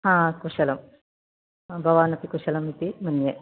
हा कुशलं भवानपि कुशलम् इति मन्ये